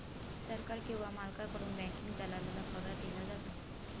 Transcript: सरकार किंवा मालकाकडून बँकिंग दलालाला पगार दिला जातो